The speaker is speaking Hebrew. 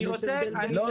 אני רוצה --- לא,